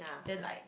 then like